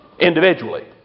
individually